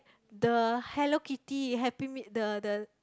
the Hello-Kitty happy meal the the